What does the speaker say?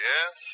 Yes